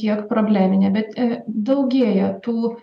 kiek probleminė bet daugėja tų